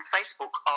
Facebook